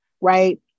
right